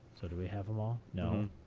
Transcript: so do we have them all? no.